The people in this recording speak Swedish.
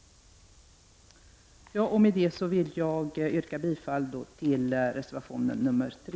Med detta yrkar jag bifall till reservation nr 3.